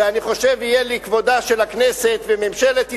אני חושב שזה יהיה לכבודה של הכנסת ולכבודה של ממשלת ישראל,